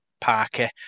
Parker